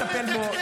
נתתי לך דקה.